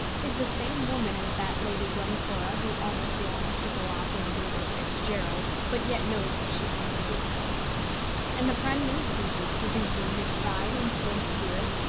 is the same woman as that lady glencora who almost longs to go off with burgo fitzgerald, but yet knows that she will never do so and the prime minister duke, with his wounded pride and sore spirit,